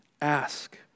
Ask